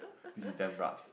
this is damn rabz